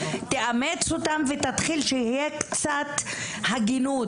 תאמץ אותם ותתחיל שיהיה קצת הגינות.